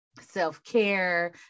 self-care